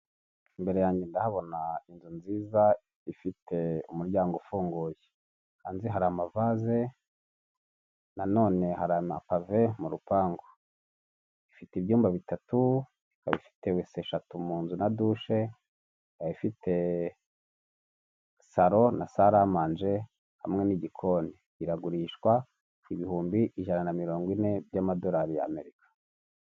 Imbere yanjye ndahabona inzu nziza ifite umuryango ufunguye hanze hari amavase nanone hari amapave mu rupangu ,ifite ibyumba bitatu ikaba ifite wese eshatu mu nzu na douche ikaba ifite salo na salamange hamwe n'igikoni iragurishwa ibihumbi ijana na mirongo ine by'amadolari ya amerika .